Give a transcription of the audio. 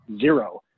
zero